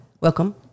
Welcome